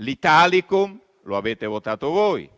L'Italicum lo avete votato voi.